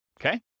okay